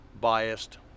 biased